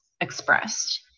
expressed